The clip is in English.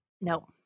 No